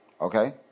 okay